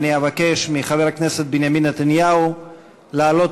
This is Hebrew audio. אני אבקש מחבר הכנסת בנימין נתניהו לעלות